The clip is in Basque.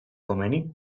komeni